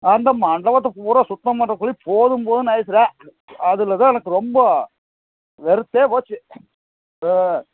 அந்த மண்டபத்தை பூரா சுத்தம் பண்றதுக்குள்ளே போதும் போதும்ன்னு ஆயிடுச்சுடா அதில் தான் எனக்கு ரொம்ப வெறுத்தே போச்சு ஆ